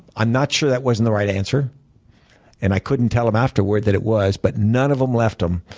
i'm not sure that wasn't the right answer and i couldn't tell them afterward that it was, but none of them left them.